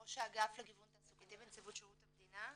ראש האגף לגיוון תעסוקתי בנציבות שירות המדינה.